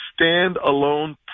standalone